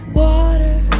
water